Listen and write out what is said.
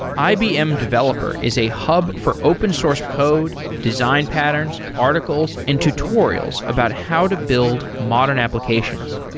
ibm developer is a hub for open source code, design patterns, articles and tutorials about how to build modern applications.